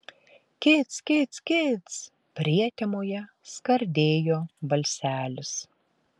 kic kic kic prietemoje skardėjo balselis